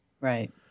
Right